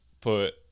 put